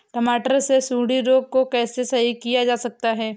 टमाटर से सुंडी रोग को कैसे सही किया जा सकता है?